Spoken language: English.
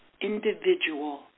individual